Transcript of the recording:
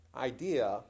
idea